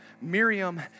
Miriam